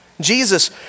Jesus